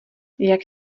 jak